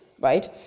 right